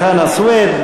חנא סוייד,